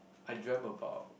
I dreamt about